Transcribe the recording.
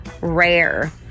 rare